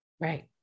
right